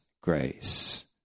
grace